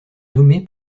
nommé